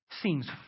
seems